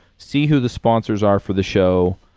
see who the sponsors are for the show.